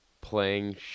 playing